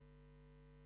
תודה רבה.